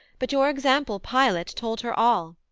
but, your example pilot, told her all.